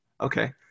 Okay